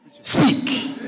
speak